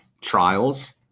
trials